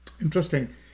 Interesting